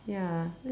ya